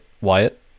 Wyatt